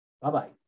Bye-bye